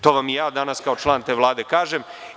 To vam i ja danas kao član te Vlade kažem.